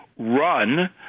Run